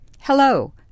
Hello